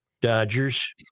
Dodgers